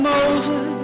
Moses